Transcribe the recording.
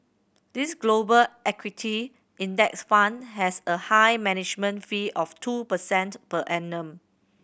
this Global Equity Index Fund has a high management fee of two percent per annum